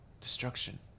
destruction